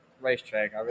racetrack